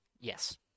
Yes